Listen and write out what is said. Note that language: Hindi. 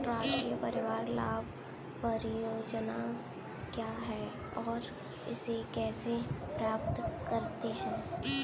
राष्ट्रीय परिवार लाभ परियोजना क्या है और इसे कैसे प्राप्त करते हैं?